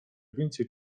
więcej